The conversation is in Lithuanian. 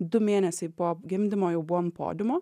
du mėnesiai po gimdymo jau buvo ant podiumo